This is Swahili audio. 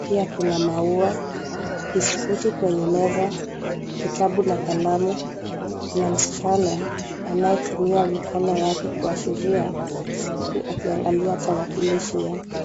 Pia kuna maua, biskuti kwenye meza, kitabu na kalamu, na msichana anayetumia mikono yake kuashiria huku akiangalia tarakilishi yake.